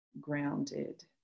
grounded